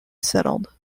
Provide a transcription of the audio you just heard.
settled